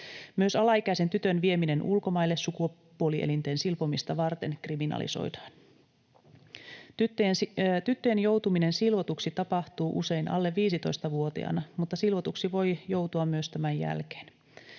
Myös alaikäisen tytön vieminen ulkomaille sukupuolielinten silpomista varten kriminalisoidaan. Tyttöjen joutuminen silvotuksi tapahtuu usein alle 15-vuotiaana, mutta silvotuksi voi joutua myös tämän jälkeen.